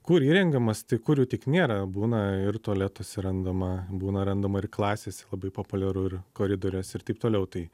kur įrengiamos tai kur jų tik nėra būna ir tualetuose randama būna randama ir klasėse labai populiaru ir koridoriuose ir taip toliau tai